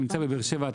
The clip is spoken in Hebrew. אתה נמצא בבאר שבע,